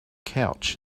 couch